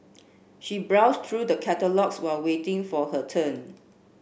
she browsed through the catalogues while waiting for her turn